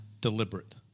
deliberate